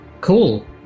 Cool